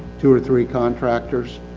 two or three contractors,